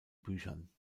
büchern